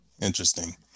Interesting